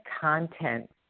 content